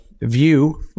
view